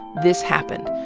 this happened,